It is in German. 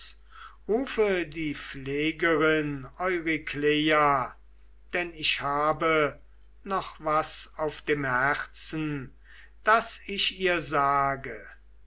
die pflegerin eurykleia denn ich habe noch was auf dem herzen das ich dir sage